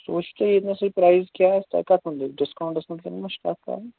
سُہ وٕچھۍتو ییٚتنَسٕے پرٛایز کیٛاہ آسہِ تۄہہِ کَتھ مُتعلق ڈِسکاوُنٹَس مُتعلق ما چھِ کَتھ کَرٕنۍ